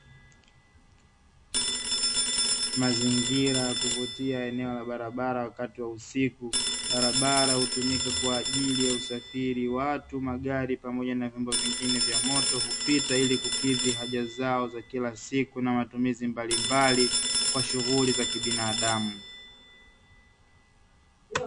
Mazingira ya kuvutia eneo la barabara wakati wa usiku, barabara hutumika kwa ajili ya usafiri watu, magari pamoja na vyomba vingine vya moto hupita ili kukidhi haja zao za kila siku na matumizi mbalimbali kwa shughuli za kibinadamu .